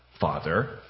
Father